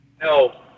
No